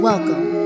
Welcome